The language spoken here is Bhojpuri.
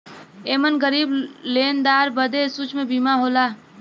एमन गरीब लेनदार बदे सूक्ष्म बीमा होला